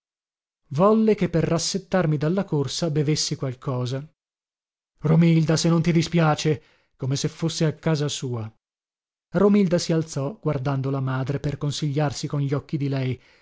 volle che per rassettarmi dalla corsa bevessi qualcosa romilda se non ti dispiace come se fosse a casa sua romilda si alzò guardando la madre per consigliarsi con gli occhi di lei